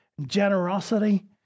generosity